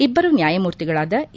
ಇಬ್ಲರು ನ್ಯಾಯಮೂರ್ತಿಗಳಾದ ಎ